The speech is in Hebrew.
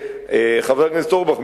חבר הכנסת אורבך,